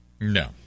No